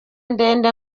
ndende